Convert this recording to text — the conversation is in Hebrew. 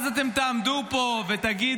אז אתם תעמדו פה ותגידו: